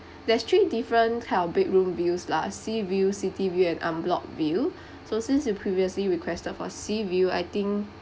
there's three different kind of bedroom views lah sea view city view and unblocked view so since you previously requested for sea view I think